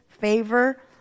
favor